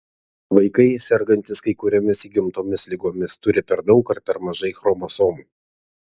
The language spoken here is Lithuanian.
vaikai sergantys kai kuriomis įgimtomis ligomis turi per daug ar per mažai chromosomų